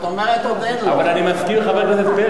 אבל אולי תעזור לו, זה ייקח לו פחות זמן.